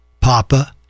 Papa